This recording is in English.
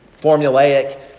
formulaic